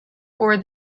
for